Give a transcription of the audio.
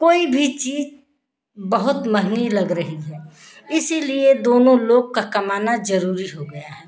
कोई भी चीज़ बहुत महँगी लग रही है इसीलिए दोनों लोग का कमाना ज़रूरी हो गया है